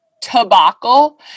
tobacco